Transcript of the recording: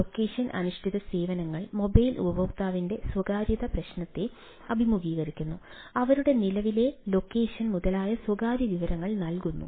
location അധിഷ്ഠിത സേവനങ്ങൾ mobile ഉപയോക്താവിന്റെ സ്വകാര്യത പ്രശ്നത്തെ അഭിമുഖീകരിക്കുന്നു അവരുടെ നിലവിലെ ലൊക്കേഷൻ മുതലായ സ്വകാര്യ വിവരങ്ങൾ നൽകുന്നു